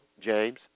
James